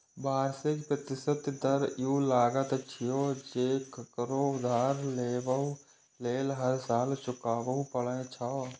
वार्षिक प्रतिशत दर ऊ लागत छियै, जे ककरो उधार लेबय लेल हर साल चुकबै पड़ै छै